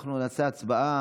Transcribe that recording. אנחנו נעשה הצבעה,